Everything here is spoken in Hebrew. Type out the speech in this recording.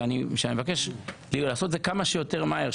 שאני מבקש לעשות את זה כמה שיותר מהר,